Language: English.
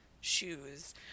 shoes